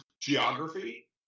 geography